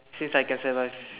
since I can survive